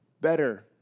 better